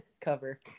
cover